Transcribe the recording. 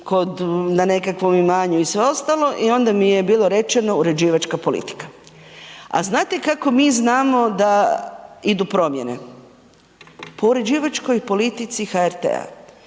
na nekakvom imanju i sve ostalo i onda mi je bilo rečeno, uređivačka politika. A znate kako mi znamo da idu promjene? Po uređivačkoj politici HRT-a.